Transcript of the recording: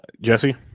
Jesse